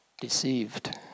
deceived